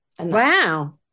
Wow